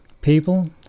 People